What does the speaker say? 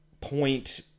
point